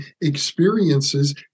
experiences